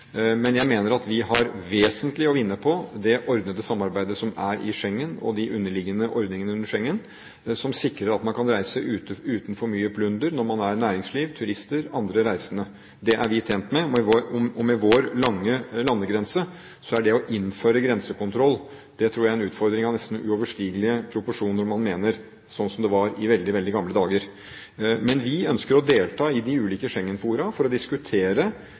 Men jeg mener at vi har vesentlig å vinne på det ordnede samarbeidet som er i Schengen, og de underliggende ordningene under Schengen som sikrer at man kan reise uten for mye plunder når man er i næringslivet, som turist og som andre reisende. Det er vi tjent med. Med vår lange landegrense tror jeg det å innføre grensekontroll, slik det var i gamle dager, vil være en utfordring av nesten uoverstigelige proporsjoner. Men vi ønsker å delta i de ulike Schengen-fora for å diskutere problemer som oppstår i